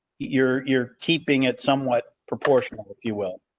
you're you're keeping it somewhat proportional if you will.